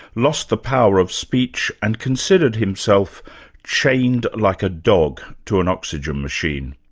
lost the power of speech and considered himself chained like a dog to an oxygen machine.